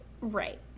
right